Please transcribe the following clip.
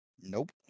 Nope